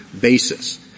basis